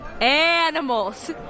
animals